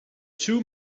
two